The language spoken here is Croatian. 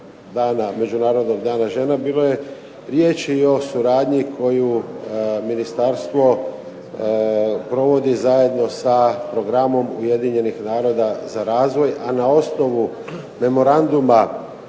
Međunarodnog dana žena, bilo je riječi o suradnji koju Ministarstvo provodi zajedno sa programom Ujedinjenih naroda za razvoj, a na osnovu memoranduma